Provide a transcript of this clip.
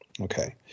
Okay